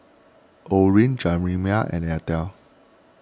Orene Jerimiah and Elta